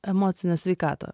emocinę sveikatą